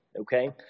okay